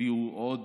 יביאו עוד